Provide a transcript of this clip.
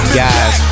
guys